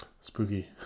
Spooky